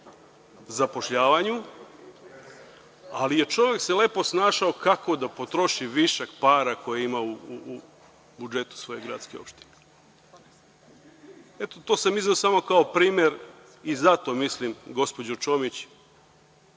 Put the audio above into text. zapošljavanju, ali čovek se lepo snašao kako da potroši višak para koji je imao u budžetu svoje gradske opštine. Eto, to sam izneo samo kao primer i zato mislim, gospođo Čomić,